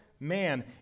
Man